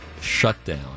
shutdown